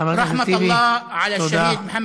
חבר הכנסת טיבי, תודה.